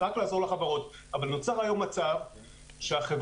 אבל נוצר היום מצב שהחברות,